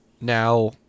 now